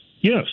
Yes